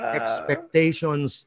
expectations